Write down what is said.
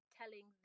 telling